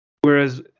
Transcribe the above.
whereas